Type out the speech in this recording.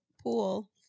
Pool